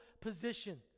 position